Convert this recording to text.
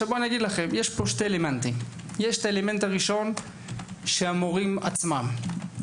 יש פה שני אלמנטים: הראשון של המורים עצמם.